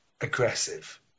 aggressive